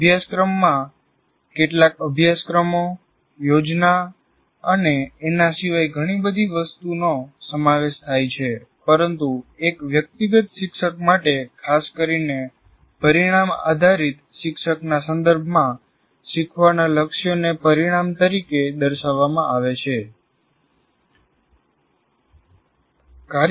અભ્યાસક્રમમાં કેટલાક અભ્યાસક્રમો યોજના અને એના સિવાય ઘણી બધી વસ્તુનો સમાવેશ થાય છે પરંતુ એક વ્યક્તિગત શિક્ષક માટે ખાસ કરીને પરિણામ આધારિત શિક્ષણના સંદર્ભમાં શીખવાના લક્ષ્યોને પરિણામ તરીકે દર્શાવવામાં આવે છે કાર્યક્રમ પરિણામો કાર્યક્રમ વિશિષ્ટ પરિણામો અને અભ્યાસક્રમના પરિણામો